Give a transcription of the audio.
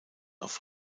auf